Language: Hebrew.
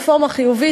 רפורמה חיובית,